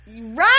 right